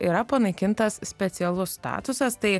yra panaikintas specialus statusas tai